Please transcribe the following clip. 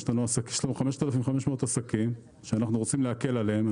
יש לנו 5,500 עסקים שאנחנו רוצים להקל עליהם.